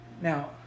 Now